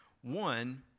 one